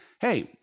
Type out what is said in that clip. hey